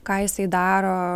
ką jisai daro